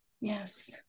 Yes